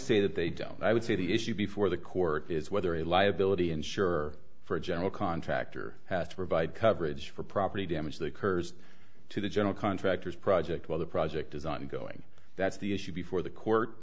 say that they don't i would say the issue before the court is whether a liability insure for a general contractor has to provide coverage for property damage the curs to the general contractors project while the project is ongoing that's the issue before the court